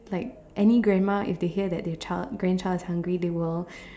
like any grandma if they hear that their child grandchild is hungry they will